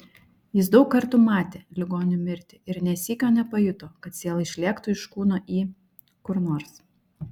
jis daug kartų matė ligonių mirtį ir nė sykio nepajuto kad siela išlėktų iš kūno į kur nors